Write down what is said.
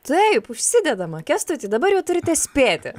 taip užsidedama kęstuti dabar jau turite spėti